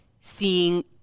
seeing